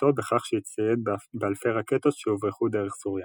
ואיכותו בכך שהצטייד באלפי רקטות שהוברחו דרך סוריה.